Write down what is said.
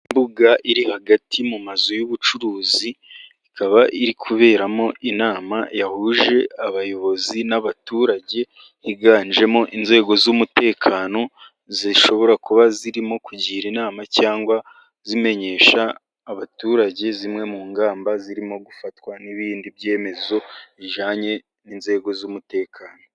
Imbuga iri hagati mu mazu y'ubucuruzi ikaba iri kuberamo inama yahuje abayobozi n'abaturage. Higanjemo inzego z'umutekano zishobora kuba zirimo kugira inama cyangwa zimenyesha abaturage zimwe mu ngamba zirimo gufatwa n'ibindi byemezo bijyanye n'inzego z'umutekano.